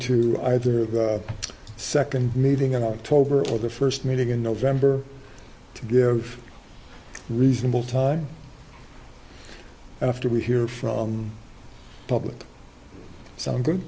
to either the second meeting in october or the first meeting in november to give reasonable time after we hear from public some good